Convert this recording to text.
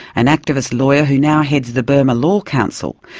an activist lawyer who now heads the burma law council,